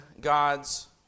God's